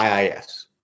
IIS